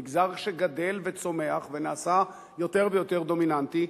מגזר שגדל וצומח ונעשה יותר ויותר דומיננטי,